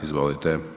Izvolite.